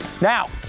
Now